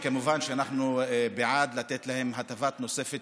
וכמובן שאנחנו בעד לתת להם הטבה נוספת